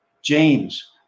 James